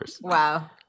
Wow